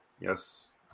Yes